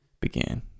began